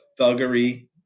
thuggery